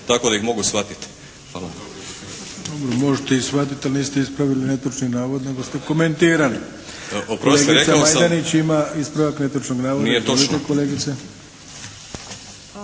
tako da ih mogu shvatiti.